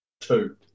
two